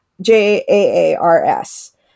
J-A-A-R-S